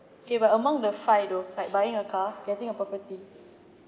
okay but among the five though like buying a car getting a property